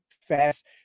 fast